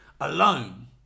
alone